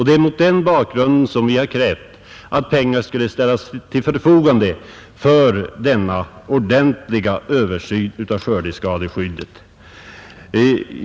Det är mot den bakgrunden som vi har krävt att pengar skulle ställas till förfogande för denna ordentliga översyn av skördeskadeskyddet.